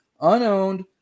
unowned